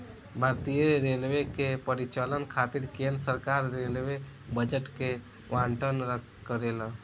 भारतीय रेलवे के परिचालन खातिर केंद्र सरकार रेलवे बजट के आवंटन करेला